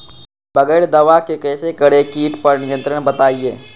बगैर दवा के कैसे करें कीट पर नियंत्रण बताइए?